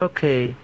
Okay